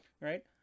Right